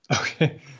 Okay